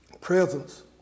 presence